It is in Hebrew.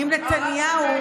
אם נתניהו,